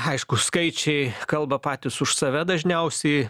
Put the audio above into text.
aišku skaičiai kalba patys už save dažniausiai